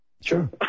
Sure